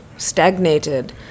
stagnated